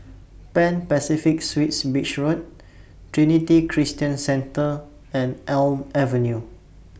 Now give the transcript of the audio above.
Pan Pacific Suites Beach Road Trinity Christian Centre and Elm Avenue